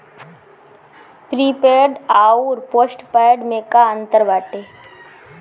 Prepaid अउर postpaid में का अंतर बाटे?